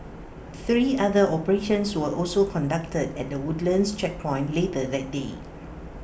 three other operations were also conducted at the Woodlands checkpoint later that day